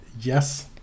yes